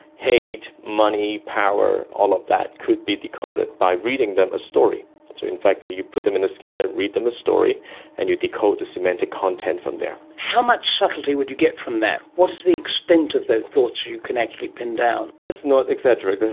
hate, money, power, all of that could be decoded by reading them a story. so in fact you put them in the scanner, read them a story and you decode the cemented content from there. how much subtlety would you get from that? what is the extent of those thoughts you can actually pin down? let's not exaggerate,